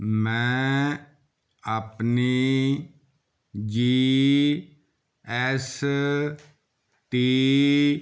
ਮੈਂ ਆਪਣੀ G S T